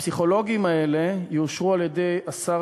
הפסיכולוגים האלה יאושרו על-ידי השר